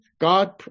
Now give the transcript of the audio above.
God